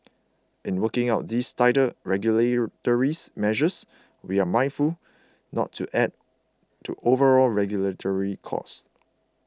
in working out these tighter measures we're mindful not to add to overall regulatory costs